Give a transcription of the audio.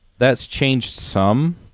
that's change some.